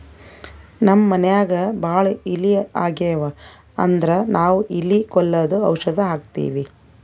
ನಮ್ಮ್ ಮನ್ಯಾಗ್ ಭಾಳ್ ಇಲಿ ಆಗಿವು ಅಂದ್ರ ನಾವ್ ಇಲಿ ಕೊಲ್ಲದು ಔಷಧ್ ಹಾಕ್ತಿವಿ